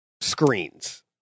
screens